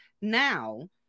now